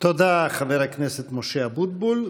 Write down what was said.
תודה, חבר הכנסת משה אבוטבול.